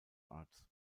arts